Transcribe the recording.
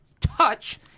touch –